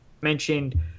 mentioned